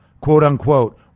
quote-unquote